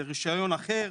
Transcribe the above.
זה רישיון אחר.